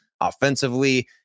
offensively